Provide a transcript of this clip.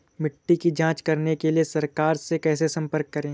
मिट्टी की जांच कराने के लिए सरकार से कैसे संपर्क करें?